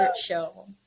show